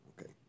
Okay